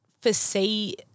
foresee –